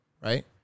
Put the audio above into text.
Right